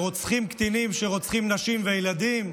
ברוצחים קטינים שרוצחים נשים וילדים?